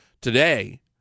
today